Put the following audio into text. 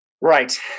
right